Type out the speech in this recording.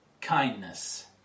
Kindness